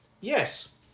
yes